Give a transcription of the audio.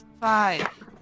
Five